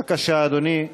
בבקשה, אדוני,